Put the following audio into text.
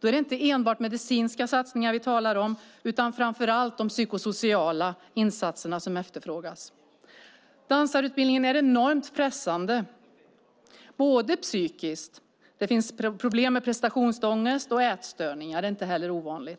Det är då inte enbart medicinska satsningar vi talar om, utan det är framför allt de psykosociala insatserna som efterfrågas. Dansarutbildningen är enormt pressande psykiskt. Det finns problem med prestationsångest, och ätstörningar är inte heller ovanligt.